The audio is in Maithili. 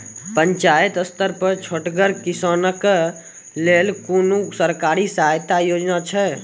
पंचायत स्तर पर छोटगर किसानक लेल कुनू सरकारी सहायता योजना छै?